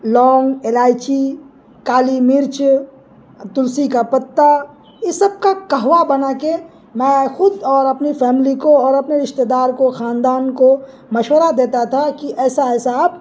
لونگ الائچی کالی مرچ تلسی کا پتا یہ سب کا قہوہ بنا کے میں خود اور اپنی فیملی کو اور اپنے رشتہ دار کو خاندان کو مشورہ دیتا تھا کہ ایسا ایسا آپ